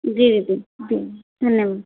जी दीदी जी धन्यवाद